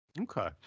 Okay